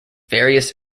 various